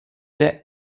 der